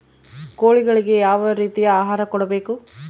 ಕೋಳಿಗಳಿಗೆ ಯಾವ ರೇತಿಯ ಆಹಾರ ಕೊಡಬೇಕು?